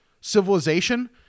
civilization